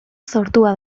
sortua